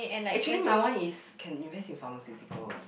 actually my one is can invest in pharmaceuticals